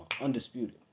undisputed